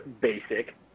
basic